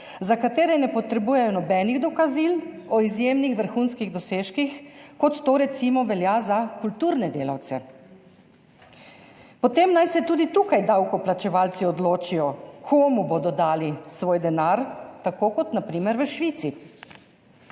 za katere ne potrebujejo nobenih dokazil o izjemnih, vrhunskih dosežkih, kot to recimo velja za kulturne delavce. Potem naj se tudi tukaj davkoplačevalci odločijo komu bodo dali svoj denar tako kot na primer v Švici.